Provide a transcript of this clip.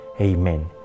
Amen